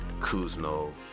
Kuzno